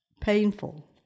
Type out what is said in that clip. painful